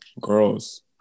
girls